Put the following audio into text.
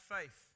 faith